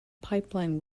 pipeline